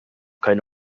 keine